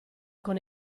con